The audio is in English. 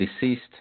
deceased